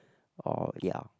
or ya